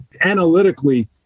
analytically